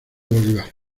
bolívar